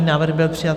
Návrh byl přijat.